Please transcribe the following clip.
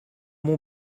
mon